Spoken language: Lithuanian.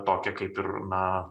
tokią kaip ir na